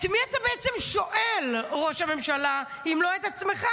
את מי אתה בעצם שואל ראש הממשלה, אם לא את עצמך?